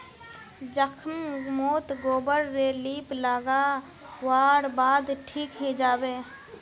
जख्म मोत गोबर रे लीप लागा वार बाद ठिक हिजाबे